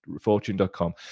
fortune.com